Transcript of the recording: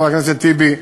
חבר הכנסת טיבי,